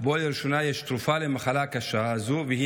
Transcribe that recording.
שלראשונה יש תרופה למחלה הקשה הזו והיא